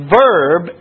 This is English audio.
verb